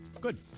Good